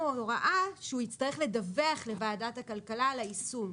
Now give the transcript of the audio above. הוראה שהוא יצטרך לדווח לוועדת הכלכלה על היישום.